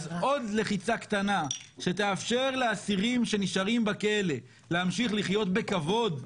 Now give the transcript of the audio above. אז עוד לחיצה קטנה שתאפשר לאסירים שנשארים בכלא להמשיך לחיות בכבוד,